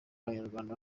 abanyarwanda